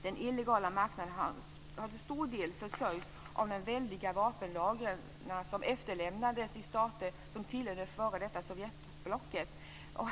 Den illegala marknaden har till stor del försörjts av de väldiga vapenlager som efterlämnades i stater som tillhörde Sovjetblocket.